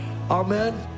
Amen